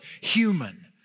human